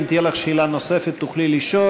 אם תהיה לך שאלה נוספת, תוכלי לשאול.